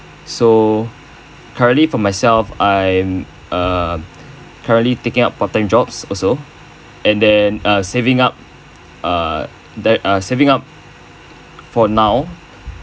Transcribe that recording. so currently for myself I'm um currently taking up part time jobs also and then uh saving up uh that uh saving up for now